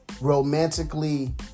romantically